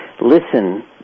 listen